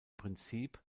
prinzip